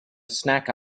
snack